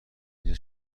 اینجا